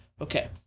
okay